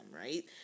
right